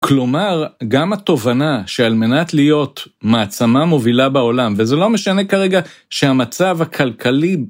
כלומר, גם התובנה שעל מנת להיות מעצמה מובילה בעולם, וזה לא משנה כרגע שהמצב הכלכלי...